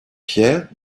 pierre